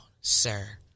sir